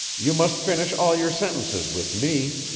you must finish all your sentences with me.